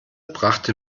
brachte